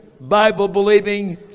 Bible-believing